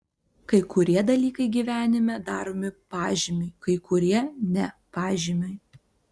kai kurie dalykai gyvenime daromi pažymiui kai kurie ne pažymiui